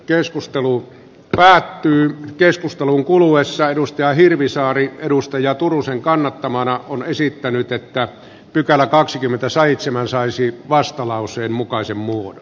keskustelu päättyy keskustelun kuluessa edustaja hirvisaaren edustaja turusen kannattamana on esittänyt että pykälä kaksikymmentäseitsemän saisi vastalauseen tekemää ehdotusta